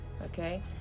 okay